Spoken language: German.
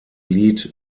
lied